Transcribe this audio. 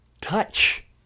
touch